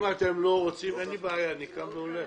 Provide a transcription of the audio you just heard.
אם אתם לא רוצים, אין לי בעיה, אני קם והולך.